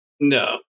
No